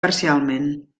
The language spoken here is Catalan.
parcialment